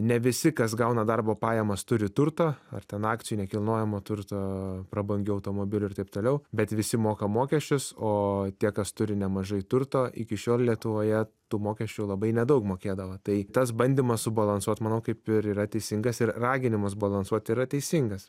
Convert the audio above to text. ne visi kas gauna darbo pajamas turi turtą ar ten akcijų nekilnojamo turto prabangių automobilių ir taip toliau bet visi moka mokesčius o tie kas turi nemažai turto iki šiol lietuvoje tų mokesčių labai nedaug mokėdavo tai tas bandymas subalansuot manau kaip ir yra teisingas ir raginimas balansuot yra teisingas